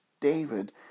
David